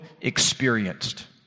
experienced